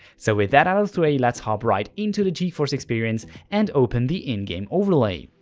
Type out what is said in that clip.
so with that out of the way let's hop right into the geforce experience and open the in-game overlay.